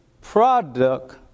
product